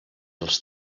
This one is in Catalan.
els